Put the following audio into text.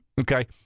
Okay